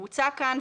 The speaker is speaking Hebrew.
הוצע כאן,